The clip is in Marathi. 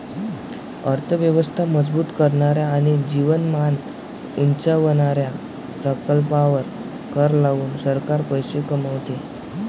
अर्थ व्यवस्था मजबूत करणाऱ्या आणि जीवनमान उंचावणाऱ्या प्रकल्पांवर कर लावून सरकार पैसे कमवते